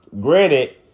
granted